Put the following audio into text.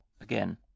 Again